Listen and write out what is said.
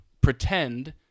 pretend